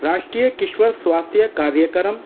راشٹریہ کشور سواستھیہ کاریہ کرم